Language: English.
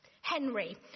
Henry